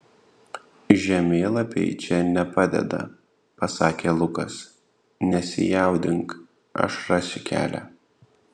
žemėlapiai čia nepadeda pasakė lukas nesijaudink aš rasiu kelią